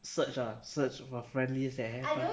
search ah search for friend list that have